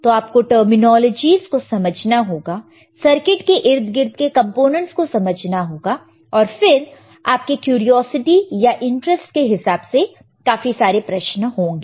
तो आपको टर्मिनोलॉजिस को समझना होगा सर्किट के इर्द गिर्द के कंपोनेंट्स को समझना होगा और फिर आपके क्यूरीयोसीटी या इंटरेस्ट के हिसाब से काफी सारे प्रश्न होंगे